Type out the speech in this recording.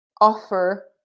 offer